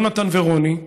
יונתן ורוני,